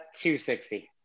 260